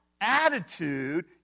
attitude